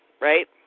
right